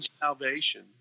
salvation